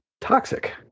toxic